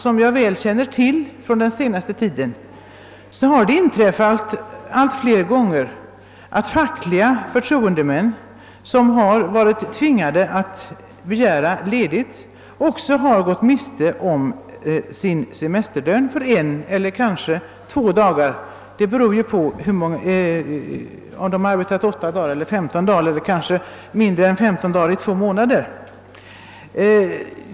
Det har dock under den senaste tiden inträffat allt fler fall, som jag väl känner till, där fackliga förtroendemän varit tvingade att begära ledigt och därvid gått miste om semesterlön för en eller kanske två dagar. Antalet dagar varierar med hänsyn till om vederbörande under en månad arbetat åtta dagar eller femton dagar eller kanske under två månader arbetat mindre än femton dagar.